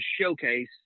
showcase